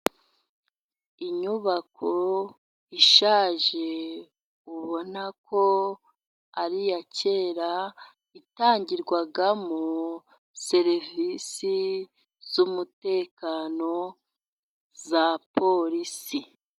Inyubako ishaje，ubona ko ari iya kera， yatangirwagamo serivisi z’umutekano za porisi.